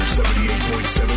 78.7